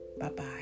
Bye-bye